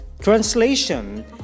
translation